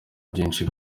byinshi